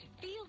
feel